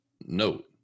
note